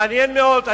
אדוני היושב-ראש,